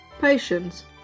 patience